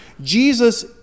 Jesus